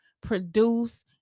produce